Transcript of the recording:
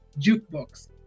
jukebox